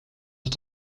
tot